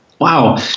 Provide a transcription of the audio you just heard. Wow